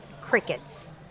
crickets